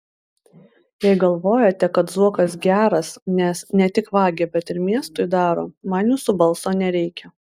jei galvojate kad zuokas geras nes ne tik vagia bet ir miestui daro man jūsų balso nereikia